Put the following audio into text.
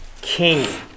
king